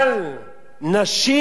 אבל נשים,